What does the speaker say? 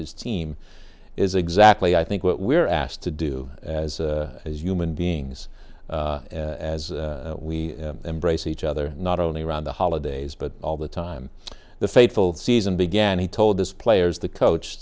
his team is exactly i think what we're asked to do as as human beings as we embrace each other not only around the holidays but all the time the faithful season began he told his players the coach